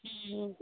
ᱦᱮᱸ